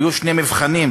היו שני מבחנים,